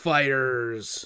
Fighters